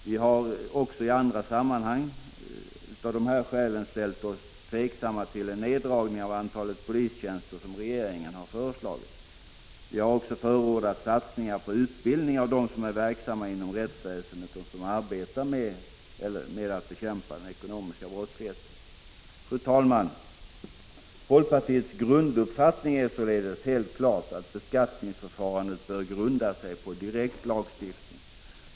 Vi har i andra sammanhang av dessa skäl ställt oss tveksamma till en neddragning av antalet polistjänster, som regeringen har föreslagit. Vi har förordat satsningar på utbildning av dem som är verksamma inom rättsväsendet och som arbetar med att bekämpa den ekonomiska brottsligheten. Fru talman! Folkpartiets grunduppfattning är således helt klart den att beskattningsförfarandet bör grundas på direktlagstiftning.